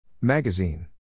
Magazine